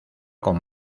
con